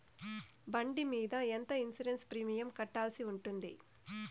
బండి మీద ఎంత ఇన్సూరెన్సు ప్రీమియం కట్టాల్సి ఉంటుంది?